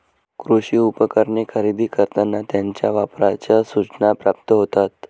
कृषी उपकरणे खरेदी करताना त्यांच्या वापराच्या सूचना प्राप्त होतात